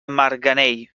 marganell